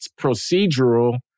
procedural